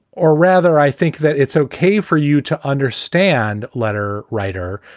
or rather, i think that it's okay for you to understand. letter writer,